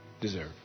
deserve